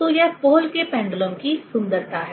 तो यह पोहल के पेंडुलम Pohl's pendulum की सुंदरता है